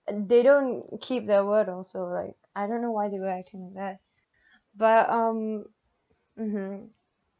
and they don't keep their word also like I don't know why do you have to do that but um mmhmm